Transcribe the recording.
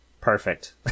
perfect